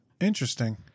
Interesting